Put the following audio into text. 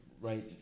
right